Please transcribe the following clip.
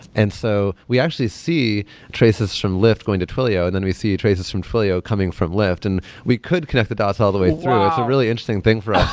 and so we actually see traces from lyft going to twilio and then we see traces from twilio coming from lyft. and we could connect the dots all the way through. it's a really interesting thing for us.